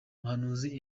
umuhanuzi